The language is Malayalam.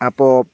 അപ്പോൾ